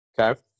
okay